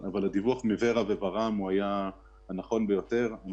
הדיווח מור"ה וור"מ היה הנכון ביותר.